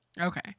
Okay